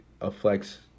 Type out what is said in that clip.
affects